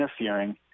interfering